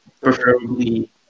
preferably